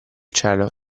cielo